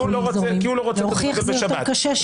להוכיח זה יותר קשה.